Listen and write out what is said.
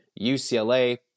UCLA